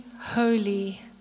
holy